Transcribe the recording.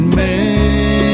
man